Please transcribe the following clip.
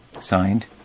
signed